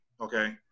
okay